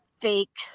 fake